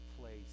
place